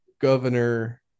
Governor